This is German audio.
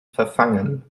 verfangen